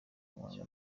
muhanga